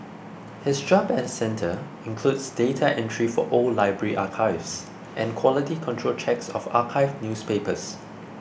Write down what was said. his job at centre includes data entry for old library archives and quality control checks of archived newspapers